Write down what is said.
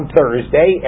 Thursday